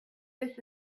this